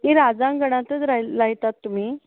ये राजांगणातच राय लायतात तुमी